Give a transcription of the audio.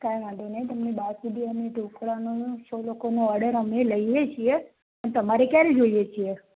કઈ વાંધો નઇ તમને બાસુંદી અને ઢોકળાનું ઓર્ડર અમે લઈએ છીએ પણ તમારે ક્યારે જોઈએ છે